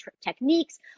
techniques